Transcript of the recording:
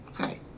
okay